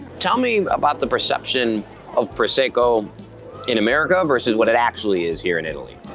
tell me about the perception of prosecco in america versus what it actually is here in italy?